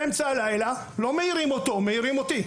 באמצע הלילה לא מעירים אותו; מעירים אותי.